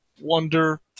wonder